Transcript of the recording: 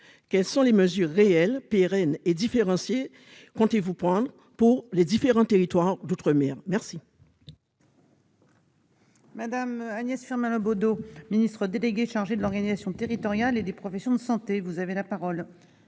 quelles mesures réelles, pérennes et différenciées comptez-vous prendre pour les différents territoires d'outre-mer ? La